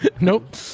Nope